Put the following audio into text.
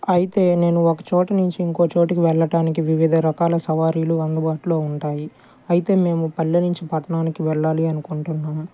అయితే నేను ఒకచోటు నుండి ఇంకోచోటికి వెళ్ళడానికి వివిధ రకాల సవారీలు అందుబాటులో ఉంటాయి అయితే మేము పల్లె నుంచి పట్టణానికి వెళ్ళాలి అనుకుంటున్నాను